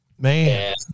man